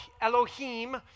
Elohim